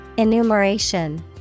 Enumeration